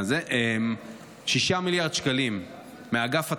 6 מיליארד שקלים מאגף התקציבים,